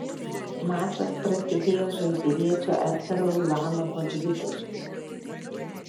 mačas prasidėjo žalgiriečio edgaro ulanovo dvitaškiu